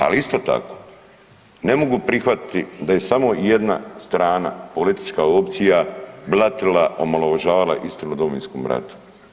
Ali isto tako, ne mogu prihvatiti da je samo jedna strana, politička opcija blatila, omalovažavala istinu o Domovinskom ratu.